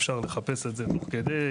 אפשר לחפש את זה תוך כדי.